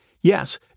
yes